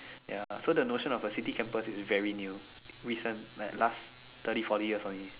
ya so the notion of the city campus is very new recent like last thirty forty years only